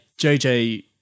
jj